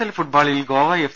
L ഫുട്ബോളിൽ Goa F